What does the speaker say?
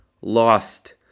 lost